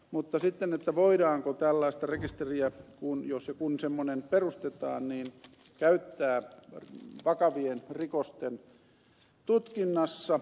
mutta voidaanko tällaista rekisteriä jos ja kun semmoinen perustetaan käyttää vakavien rikosten tutkinnassa